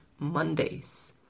Mondays